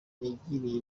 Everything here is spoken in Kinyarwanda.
yagiriye